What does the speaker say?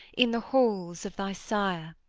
in the halls of thy sire.